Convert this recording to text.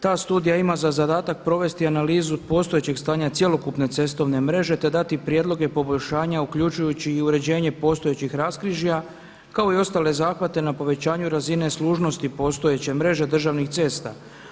Ta studija ima za zadatak provesti analizu postojećeg stanja cjelokupne cestovne mreže te dati prijedloge poboljšanja uključujući i uređenje postojećih raskrižja kao i ostale zahvate na povećanju razine služnosti postojeće mreže državnih cesta.